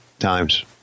times